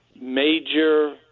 major